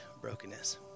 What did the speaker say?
brokenness